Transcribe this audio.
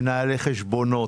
מנהלי חשבונות,